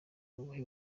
ubuhe